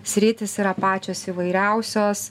sritys yra pačios įvairiausios